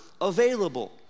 available